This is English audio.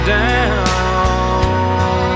down